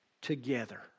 together